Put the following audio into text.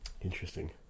Interesting